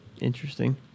Interesting